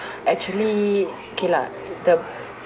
actually okay lah the